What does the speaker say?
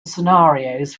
scenarios